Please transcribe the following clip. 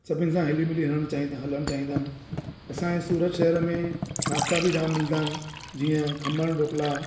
सभिनि सां हिली मिली हलणु चाहींदा हलणु चाहींदा आहिनि असां सूरत शहर में नाश्ता बि जामु मिलंदा आहिनि जीअं खमण ढोकला